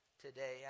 today